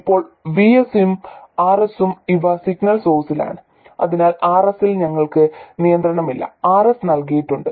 ഇപ്പോൾ VS ഉം RS ഉം ഇവ സിഗ്നൽ സോഴ്സിലാണ് അതിനാൽ RS ൽ ഞങ്ങൾക്ക് നിയന്ത്രണമില്ല RS നൽകിയിട്ടുണ്ട്